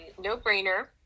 no-brainer